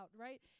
right